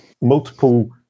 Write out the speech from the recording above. multiple